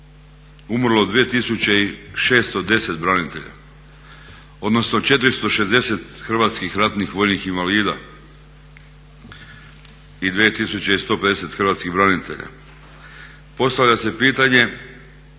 umrlo 2610 branitelja, odnosno 460 hrvatskih ratnih vojnih invalida i 2150 hrvatskih branitelja. Postavlja se pitanje